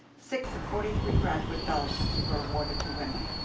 six of forty three graduate fellowships were awarded to women.